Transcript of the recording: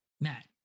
Matt